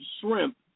Shrimp